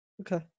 Okay